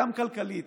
גם כלכלית,